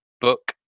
book